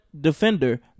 defender